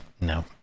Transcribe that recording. No